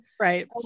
Right